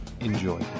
Enjoy